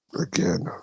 Again